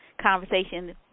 conversation